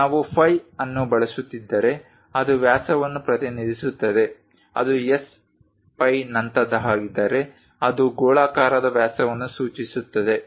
ನಾವು ಫೈ ಅನ್ನು ಬಳಸುತ್ತಿದ್ದರೆ ಅದು ವ್ಯಾಸವನ್ನು ಪ್ರತಿನಿಧಿಸುತ್ತದೆ ಅದು S ಫೈ ನಂತಹದ್ದಾಗಿದ್ದರೆ ಅದು ಗೋಳಾಕಾರದ ವ್ಯಾಸವನ್ನು ಸೂಚಿಸುತ್ತದೆ